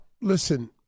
listen